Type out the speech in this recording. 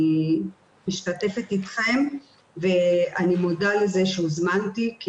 אני משתתפת אתכם ואני מודה לזה שהוזמנתי,